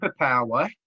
superpower